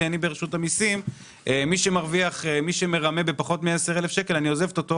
שתגידי לי שמי שמרמה במיסים בפחות מ-10,000 את עוזבת אותו